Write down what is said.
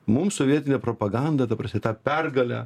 mums sovietinę propagandą ta prasme tą pergalę